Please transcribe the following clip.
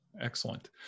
Excellent